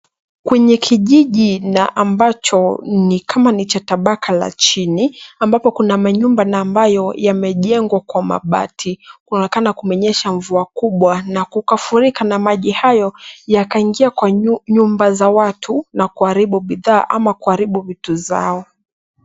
Kwenye kijiji na ambacho ni kama ni cha tabaka la chini ambapo kuna manyumba na ambayo yamejengwa kwa mabati. kunaonekana kumenyesha mvua kubwa na kukafurika na maji hayo yakaingia kwa nyumba za watu na kuharibu bidhaa ama kuharibu vitu zao.